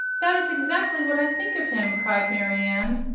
that is exactly what i think of him, cried marianne.